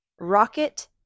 Rocket